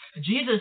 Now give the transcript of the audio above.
Jesus